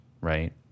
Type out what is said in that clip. right